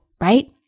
right